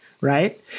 right